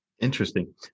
Interesting